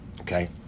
Okay